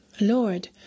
Lord